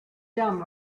dumb